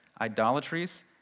idolatries